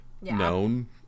known